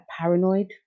paranoid